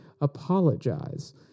apologize